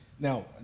now